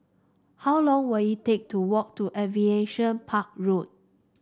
how long will it take to walk to Aviation Park Road